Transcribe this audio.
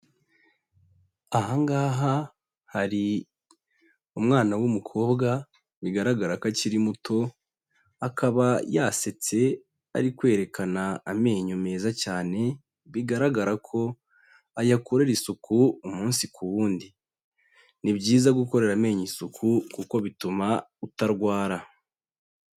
Aha ngaha hari umwana w'umukobwa bigaragara ko akiri muto, akaba yasetse ari kwerekana amenyo meza cyane, bigaragara ko ayakorera isuku umunsi ku wundi. Ni byiza gukorera amenyo isuku kuko bituma utarwara.